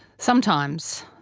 sometimes.